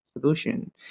solution